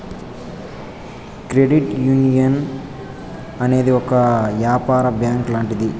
credit union అనేది ఒక యాపార బ్యాంక్ లాంటిది